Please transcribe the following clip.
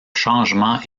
changements